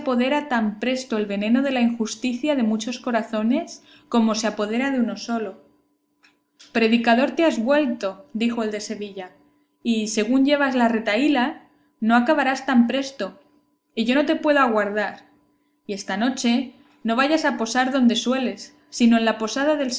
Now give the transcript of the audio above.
apodera tan presto el veneno de la injusticia de muchos corazones como se apodera de uno solo predicador te has vuelto dijo el de sevilla y según llevas la retahíla no acabarás tan presto y yo no te puedo aguardar y esta noche no vayas a posar donde sueles sino en la posada del